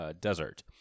desert